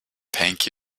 thank